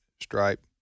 stripe